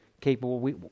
Capable